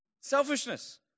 Selfishness